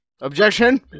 Objection